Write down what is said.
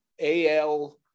AL